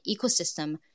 ecosystem